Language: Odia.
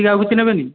ଏତିକି ଆଉ କିଛି ନେବେନି